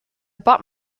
bought